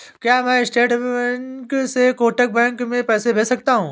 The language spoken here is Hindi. क्या मैं स्टेट बैंक से कोटक बैंक में पैसे भेज सकता हूँ?